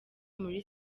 muri